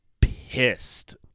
pissed